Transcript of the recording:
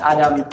Adam